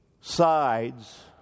sides